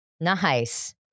nice